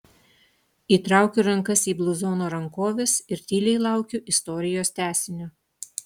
įtraukiu rankas į bluzono rankoves ir tyliai laukiu istorijos tęsinio